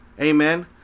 Amen